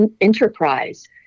enterprise